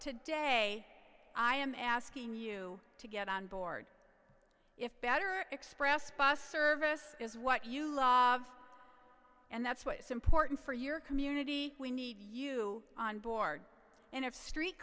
today i am asking you to get on board if better express bus service is what you lov and that's what's important for your community we need you on board and if street